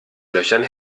löchern